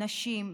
נשים,